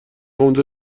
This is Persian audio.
اونجا